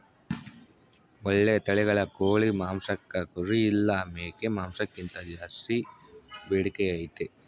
ಓಳ್ಳೆ ತಳಿಗಳ ಕೋಳಿ ಮಾಂಸಕ್ಕ ಕುರಿ ಇಲ್ಲ ಮೇಕೆ ಮಾಂಸಕ್ಕಿಂತ ಜಾಸ್ಸಿ ಬೇಡಿಕೆ ಐತೆ